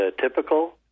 typical